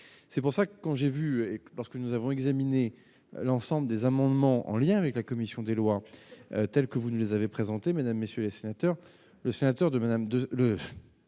c'est pour ça que quand j'ai vu et lorsque nous avons examiné l'ensemble des amendements en lien avec la commission des lois telles que vous ne les avait présentés mesdames messieurs et sénateur, le sénateur de madame